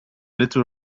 little